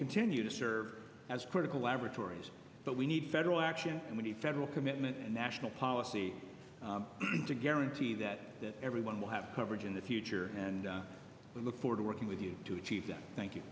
continue to serve as critical laboratories but we need federal action and we need federal commitment a national policy to guarantee that everyone will have coverage in the future and we look forward to working with you to achieve that thank you